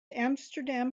amsterdam